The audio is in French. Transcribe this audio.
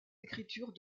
écritures